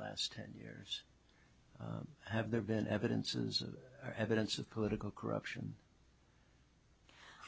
last ten years have there been evidences of evidence of political corruption